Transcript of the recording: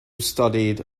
studied